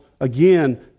again